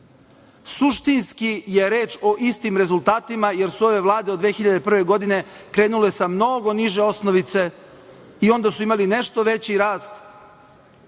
Suštinski je reč o istim rezultatima, jer su ove vlade od 2001. godine krenule od mnogo niže osnovice i onda su imali nešto veći rast.